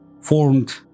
formed